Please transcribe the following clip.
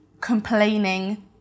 complaining